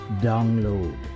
download